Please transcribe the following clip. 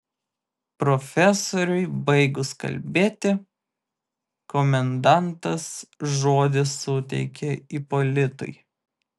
profesoriui baigus kalbėti komendantas žodį suteikė ipolitui